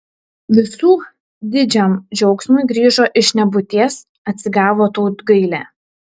visų didžiam džiaugsmui grįžo iš nebūties atsigavo tautgailė